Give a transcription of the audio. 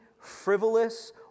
frivolous